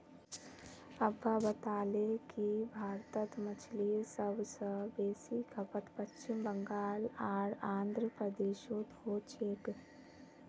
अब्बा बताले कि भारतत मछलीर सब स बेसी खपत पश्चिम बंगाल आर आंध्र प्रदेशोत हो छेक